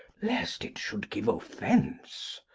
lest it should give offence.